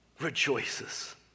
Rejoices